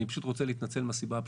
אני פשוט רוצה להתנצל מהסיבה הפשוטה,